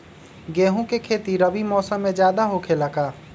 गेंहू के खेती रबी मौसम में ज्यादा होखेला का?